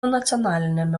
nacionaliniame